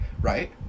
right